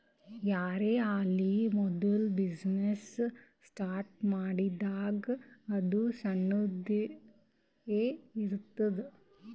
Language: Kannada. ಯಾರೇ ಆಲಿ ಮೋದುಲ ಬಿಸಿನ್ನೆಸ್ ಸ್ಟಾರ್ಟ್ ಮಾಡಿದಾಗ್ ಅದು ಸಣ್ಣುದ ಎ ಇರ್ತುದ್